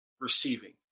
receiving